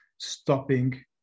Stopping